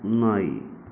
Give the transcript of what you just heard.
ನಾಯಿ